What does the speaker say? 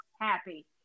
happy